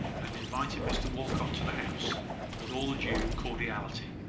and invited mr walcot to the house with all due cordiality.